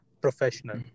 professional